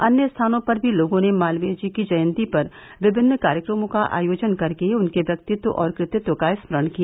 अन्य स्थानों पर भी लोगों ने मालवीय जी की जयंती पर विभिन्न कार्यक्रमों का आयोजन कर के उनके व्यक्तित्व और कृतित्व का स्मरण किया